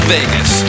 Vegas